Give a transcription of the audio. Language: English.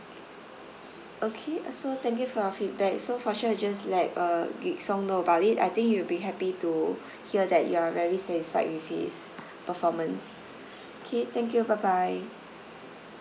okay uh so thank you for your feedback so for sure will just let uh jik song know about it I think he will be happy to hear that you are very satisfied with his performance K thank you bye bye